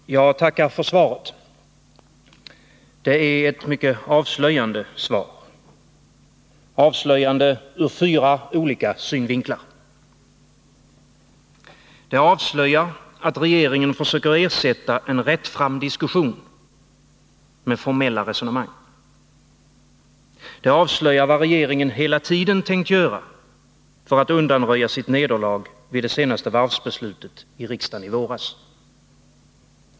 Herr talman! Jag tackar för svaret. Det är ett mycket avslöjande svar — avslöjande ur fyra olika synvinklar. Det avslöjar att regeringen försöker ersätta en rättfram diskussion med formella resonemang. Det avslöjar vad regeringen hela tiden tänkt göra för att undanröja sitt nederlag vid det senaste varvsbeslutet i riksdagen i våras.